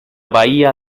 bahía